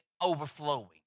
overflowing